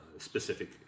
specific